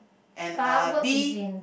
and uh B